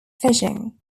fishing